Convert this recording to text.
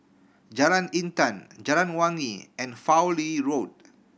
Jalan Intan Jalan Wangi and Fowlie Road